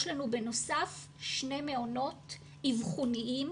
יש לנו בנוסף שני מעונות אבחוניים